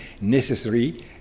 necessary